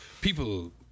people